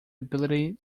ability